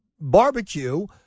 barbecue